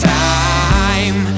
time